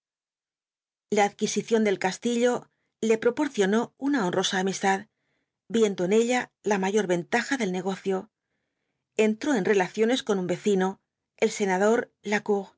la adquisición del castillo le proporcionó una honrosa amistad viendo en ella la mayor ventaja del negocio entró en relaciones con un vecino el senador lacour